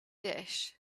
dish